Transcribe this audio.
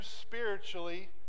spiritually